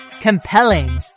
Compelling